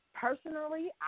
Personally